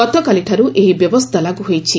ଗତକାଲିଠାରୁ ଏହି ବ୍ୟବସ୍ଥା ଲାଗୁ ହୋଇଛି